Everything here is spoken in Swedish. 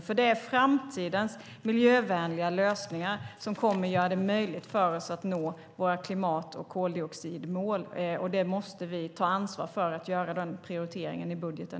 Det är nämligen framtidens miljövänliga lösningar som kommer att göra det möjligt för oss att nå våra klimat och koldioxidmål, och vi måste nu ta ansvar för att göra denna prioritering i budgeten.